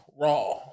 Raw